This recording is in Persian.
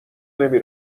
نمی